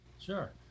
Sure